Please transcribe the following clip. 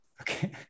Okay